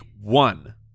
one